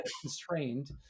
constrained